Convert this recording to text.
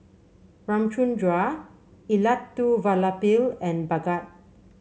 Ramchundra Elattuvalapil and Bhagat